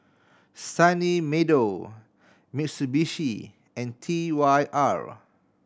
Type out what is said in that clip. Sunny Meadow Mitsubishi and T Y R